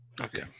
Okay